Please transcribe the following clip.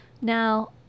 Now